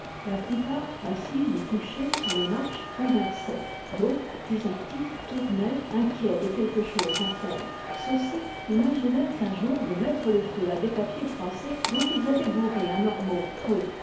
la plupart assis ou couchés sur les marches conversaient d'autres plus actifs tournaient inquiets de quelque chose à faire ceux-ci imaginèrent un jour de mettre le feu à des papiers froissés dont ils avaient bourré un ormeau creux